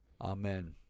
Amen